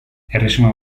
erresuma